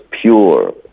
pure